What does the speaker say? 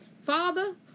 Father